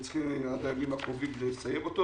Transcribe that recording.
בימים הקרובים צריכים לסיים אותו,